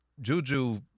Juju